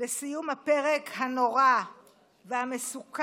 לסיום הפרק הנורא והמסוכן